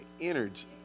energy